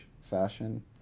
fashion